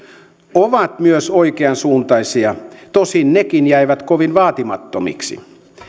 ovat myös oikeansuuntaisia tosin nekin jäivät kovin vaatimattomiksi